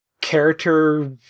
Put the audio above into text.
character